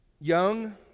young